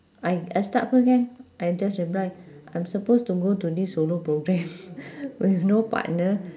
I I start first can I just reply I'm supposed to go to this solo programme with no partner